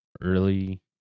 Early